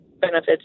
benefits